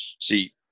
See